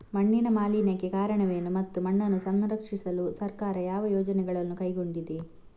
ಮಣ್ಣಿನ ಮಾಲಿನ್ಯಕ್ಕೆ ಕಾರಣವೇನು ಮತ್ತು ಮಣ್ಣನ್ನು ಸಂರಕ್ಷಿಸಲು ಸರ್ಕಾರ ಯಾವ ಯೋಜನೆಗಳನ್ನು ಕೈಗೊಂಡಿದೆ?